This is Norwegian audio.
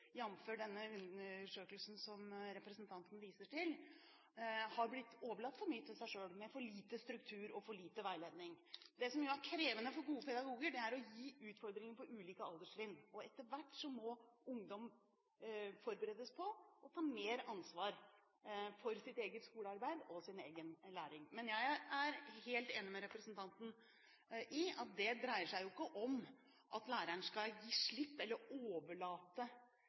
undersøkelsen som representanten viser til – har blitt overlatt for mye til seg selv, med for lite struktur og for lite veiledning. Det som jo er krevende for gode pedagoger, er å gi utfordringer på ulike alderstrinn. Etter hvert må ungdom forberedes på å ta mer ansvar for sitt eget skolearbeid og sin egen læring, men jeg er helt enig med representanten i at det jo ikke dreier seg om at læreren skal gi slipp eller overlate